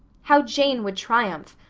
how jane would triumph!